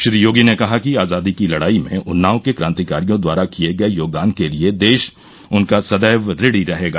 श्री योगी ने कहा कि आजादी की लड़ाई में उन्नाव के क्रांतिकारियों द्वारा किये गये योगदान के लिये देश उनका सदैव ऋणी रहेगा